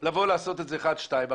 לבוא ולעשות את זה אחת-שתיים.